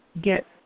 get